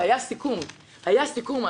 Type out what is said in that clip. והיה סיכום אז.